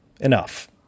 enough